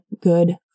good